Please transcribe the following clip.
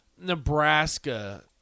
Nebraska